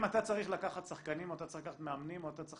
אם אתה צריך לקחת שחקנים או מאמנים או שאתה צריך